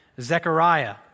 Zechariah